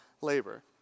labor